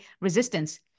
resistance